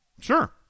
Sure